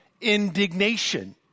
indignation